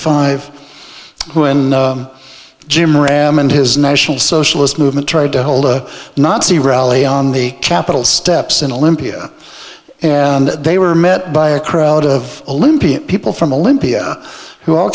five when jim ram and his national socialist movement tried to hold a nazi rally on the capitol steps in olympia and they were met by a crowd of olympia people from a limpia who all